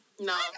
No